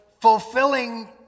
fulfilling